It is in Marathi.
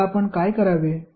आता आपण काय करावे